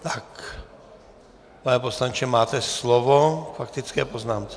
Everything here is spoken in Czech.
Tak, pane poslanče, máte slovo k faktické poznámce.